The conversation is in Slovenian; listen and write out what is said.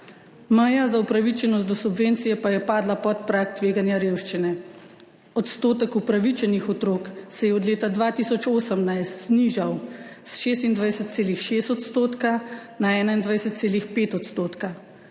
meja za upravičenost do subvencije pa je padla pod prag tveganja revščine. Odstotek upravičenih otrok se je od leta 2018 znižal s 26,6 % na 21,5 %, kar